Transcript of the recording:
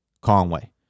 Conway